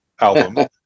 album